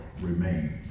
remains